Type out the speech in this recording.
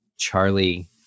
Charlie